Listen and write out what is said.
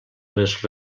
les